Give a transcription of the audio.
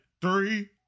three